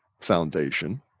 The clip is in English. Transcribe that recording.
foundation—